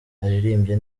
aririmbye